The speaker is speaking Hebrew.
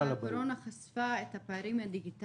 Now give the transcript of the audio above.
הקורונה גם חשפה את הפערים הדיגיטליים.